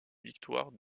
victoires